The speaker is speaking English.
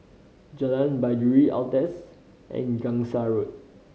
Jalan Baiduri Altez and Gangsa Road